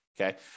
Okay